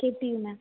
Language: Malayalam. K T U ma'am